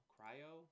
Cryo